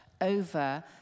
over